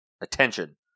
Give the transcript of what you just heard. attention